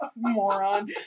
Moron